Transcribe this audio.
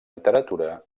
literatura